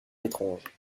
étrange